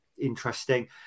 interesting